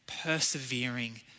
persevering